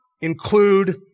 include